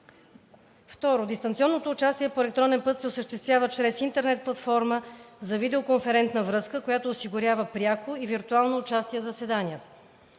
2. Дистанционното участие по електронен път се осъществява чрез интернет платформа за видеоконферентна връзка, която осигурява пряко и виртуално участие в заседанията.